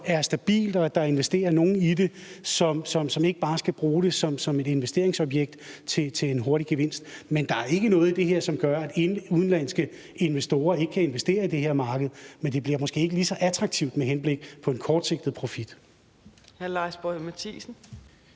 er nogle, der investerer i det, som ikke bare skal bruge det som et investeringsobjekt til en hurtig gevinst. Men der er ikke noget i det her, som gør, at udenlandske investorer ikke kan investere i det her marked. Men det bliver måske ikke lige så attraktivt med henblik på en kortsigtet profit.